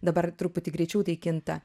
dabar truputį greičiau tai kinta